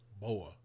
Boa